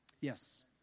Yes